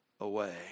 away